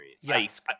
Yes